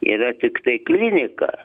yra tiktai klinika